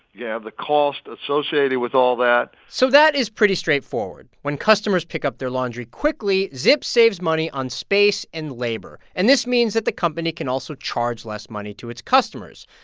yeah the costs associated with all that so that is pretty straightforward. when customers pick up their laundry quickly, zips saves money on space and labor, and this means that the company can also charge less money to its customers.